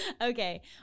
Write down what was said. okay